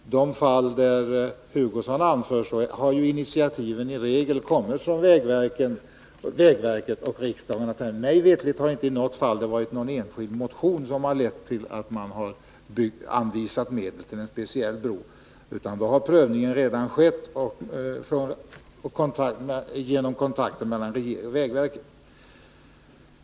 I de fall Kurt Hugosson anför har ju initiativen i regel kommit från vägverket — det har mig veterligt icke i något fall varit någon enskild motion i riksdagen som lett till att medel har anvisats till någon speciell bro, utan prövningen har då redan skett genom kontakter mellan regeringen och vägverket.